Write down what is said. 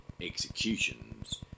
executions